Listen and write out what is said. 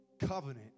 covenant